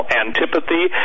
antipathy